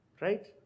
right